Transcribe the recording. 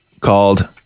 Called